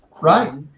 right